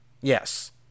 Yes